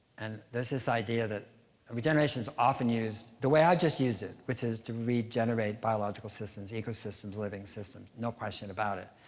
and there's this idea that regeneration's often used the way i've just used it, which is to regenerate biological systems, ecosystems, living systems. no question about it.